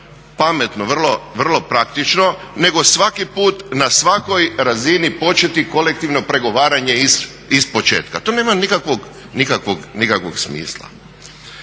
pametno, vrlo praktično nego svaki put na svakoj razini početi kolektivno pregovaranje ispočetka, to nema nikakvog smisla.